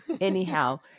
Anyhow